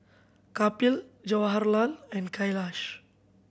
Kapil Jawaharlal and Kailash